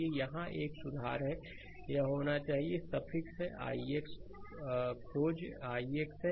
तो यहाँ यह एक सुधार है यह होना चाहिए सफिक्स है ix खोज ix है